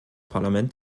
parlament